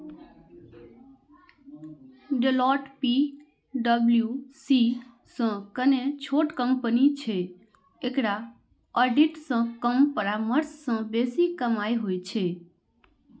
Deloitte पी.डब्ल्यू.सी सं कने छोट कंपनी छै, एकरा ऑडिट सं कम परामर्श सं बेसी कमाइ होइ छै